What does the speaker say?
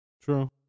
True